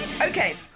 Okay